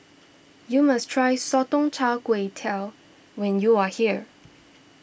you must try Sotong Char Kway Tell when you are here